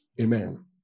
Amen